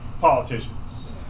politicians